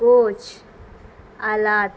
کوچھ آلات